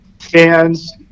fans